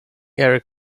eric